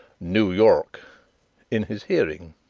noo y'rk' in his hearing.